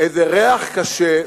איזה ריח קשה,